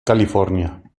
california